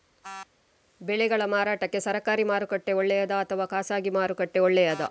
ಬೆಳೆಗಳ ಮಾರಾಟಕ್ಕೆ ಸರಕಾರಿ ಮಾರುಕಟ್ಟೆ ಒಳ್ಳೆಯದಾ ಅಥವಾ ಖಾಸಗಿ ಮಾರುಕಟ್ಟೆ ಒಳ್ಳೆಯದಾ